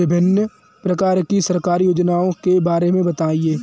विभिन्न प्रकार की सरकारी योजनाओं के बारे में बताइए?